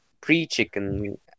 pre-chicken